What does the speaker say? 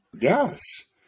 yes